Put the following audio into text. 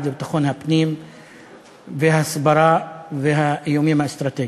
לביטחון הפנים וההסברה והאיומים האסטרטגיים.